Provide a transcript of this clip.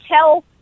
tell